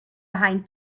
behind